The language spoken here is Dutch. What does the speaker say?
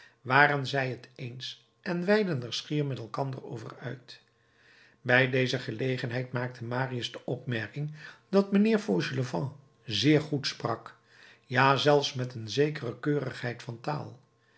waren zij het eens en weidden er schier met elkander over uit bij deze gelegenheid maakte marius de opmerking dat mijnheer fauchelevent zeer goed sprak ja zelfs met een zekere keurigheid van taal